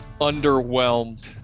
underwhelmed